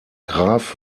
graf